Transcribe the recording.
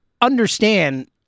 understand